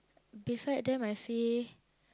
beside them I see